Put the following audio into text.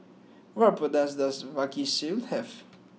what products does Vagisil have